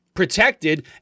Protected